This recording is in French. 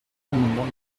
l’amendement